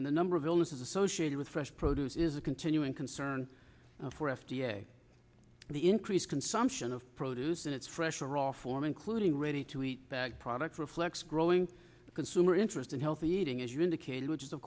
line the number of illnesses associated with fresh produce is a continuing concern for f d a the increased consumption of produce in its fresher raw form including ready to eat product reflects growing consumer interest in healthy eating as you indicated which is of